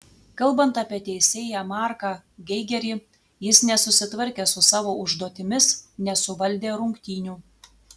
kalbant apie teisėją marką geigerį jis nesusitvarkė su savo užduotimis nesuvaldė rungtynių